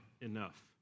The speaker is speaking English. enough